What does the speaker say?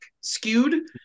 skewed